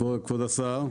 כבוד השר,